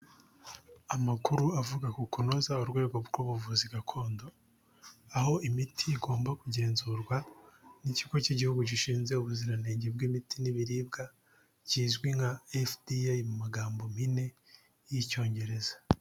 Amakuru avuga ku kunoza urwego rw'ubuvuzi gakondo, aho imiti igomba kugenzurwa n'ikigo cy'igihugu gishinzwe ubuziranenge bw'imiti n'ibiribwa, kizwi nka FDA mu magambo mpine y'icyongereza.